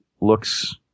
looks